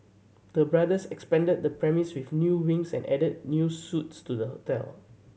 the brothers expanded the premise with new wings and added new suites to the hotel